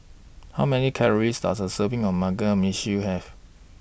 How Many Calories Does A Serving of Mugi Meshi Have